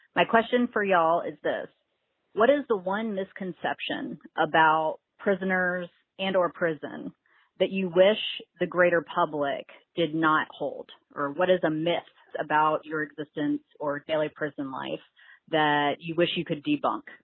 my question for y'all is this what is the one misconception about prisoners and or prison that you wish the greater public did not hold? or what is a myth about your existence or daily prison life that you wish you could debunk?